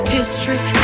History